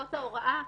זאת ההוראה.